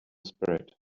spirit